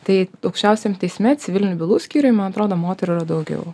tai aukščiausiam teisme civilinių bylų skyriuj man atrodo moterų yra daugiau